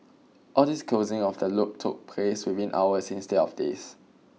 all this closing of the loop took place within hours instead of days